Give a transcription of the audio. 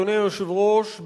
אדוני היושב-ראש,